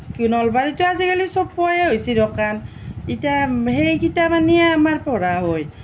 কি নলবাৰীটো আজিকালি চব পোৱায়ে হৈছে দোকান ইতা সেই কিতাপ আনিয়ে আমাৰ পঢ়া হয়